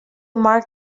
mark